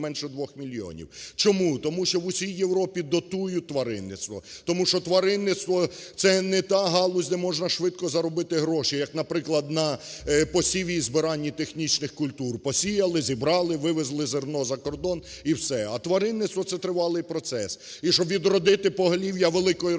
Чому? Тому що в усій Європі дотують тваринництво, тому що тваринництво це не та галузь, де можна швидко заробити гроші, як, наприклад, на посіві і збиранні технічних культур, посіяли, зібрали, вивезли зерно за кордон і все, а тваринництво це тривалий процес. І щоб відродити поголів'я великої рогатої